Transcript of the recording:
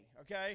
okay